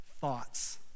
thoughts